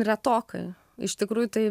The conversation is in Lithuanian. retokai iš tikrųjų tai